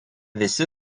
visi